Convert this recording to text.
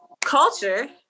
culture